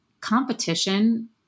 competition